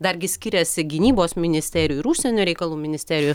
dargi skiriasi gynybos ministerijų ir užsienio reikalų ministerijų